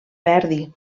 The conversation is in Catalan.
verdi